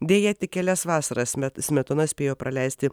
deja tik kelias vasaras smetona spėjo praleisti